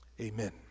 amen